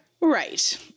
Right